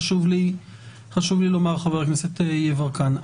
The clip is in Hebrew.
חשוב לי לומר חבר הכנסת יברקן,